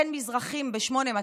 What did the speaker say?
אין מזרחים ב-8200?